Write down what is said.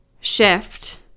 shift